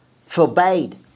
forbade